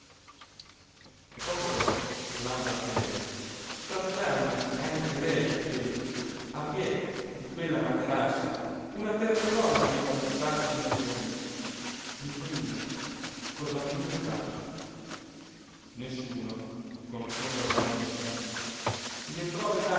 e poco dopo urlando anche lei stracciandosi anche lei i capelli a piè di quella materassa una terza donna venne a buttarsi ginocchioni nicolina col bambino in braccio nessuno conoscendo la baronessa le prove